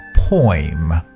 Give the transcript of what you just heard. poem